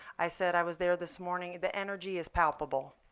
i said i was there this morning. the energy is palpable.